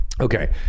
okay